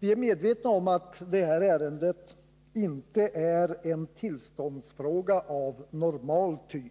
Vi är medvetna om att detta ärende inte är en tillståndsfråga av normal typ